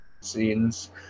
scenes